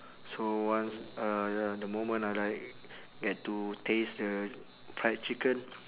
so once uh ya the moment I like get to taste the fried chicken